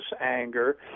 anger